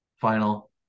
final